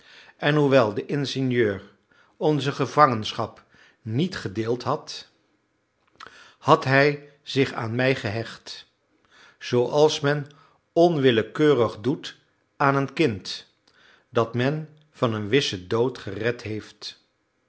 en hoewel de ingenieur onze gevangenschap niet gedeeld had had hij zich aan mij gehecht zooals men onwillekeurig doet aan een kind dat men van een wissen dood gered heeft